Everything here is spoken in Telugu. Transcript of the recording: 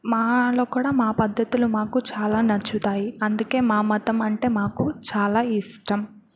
మాలో కూడా మా పద్ధతులు మాకు చాలా నచ్చుతాయి అందుకే మా మతం అంటే మాకు చాలా ఇష్టం